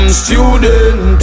student